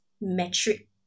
metric